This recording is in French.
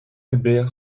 albert